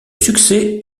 succès